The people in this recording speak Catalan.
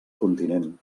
continent